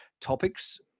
topics